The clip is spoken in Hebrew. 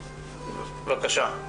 בבקשה.